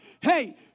Hey